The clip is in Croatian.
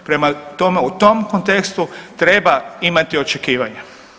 Prema tome, u tom kontekstu treba imati očekivanja.